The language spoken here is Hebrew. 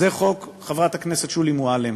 זה חוק חברת הכנסת שולי מועלם.